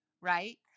right